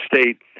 State